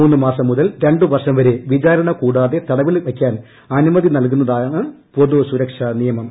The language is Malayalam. മൂന്ന് മാസം മുതൽ രണ്ട് വർഷം വരെ വിചാരണ കൂടാതെ തടവിൽ വയ്ക്കാൻ അനുമതി നൽകുന്നതാണ് പൊതുസുരക്ഷാ നിയമം